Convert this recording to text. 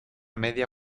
media